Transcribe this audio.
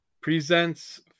presents